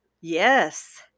Yes